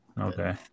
Okay